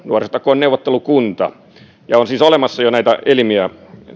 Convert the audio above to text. nuorisotakuun neuvottelukunta on siis jo olemassa näitä elimiä